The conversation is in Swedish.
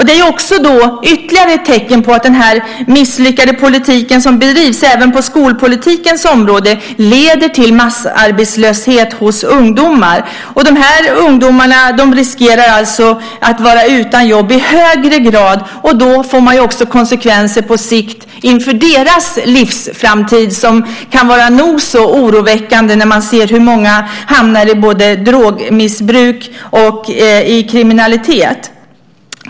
Det är också ytterligare ett tecken på att den misslyckade politiken som bedrivs även på skolpolitikens område leder till massarbetslöshet hos ungdomar. Ungdomarna riskerar att i högre grad vara utan jobb. Då blir det konsekvenser på sikt inför deras livsframtid som kan vara nog så oroväckande när vi ser hur många som hamnar i drogmissbruk och kriminalitet.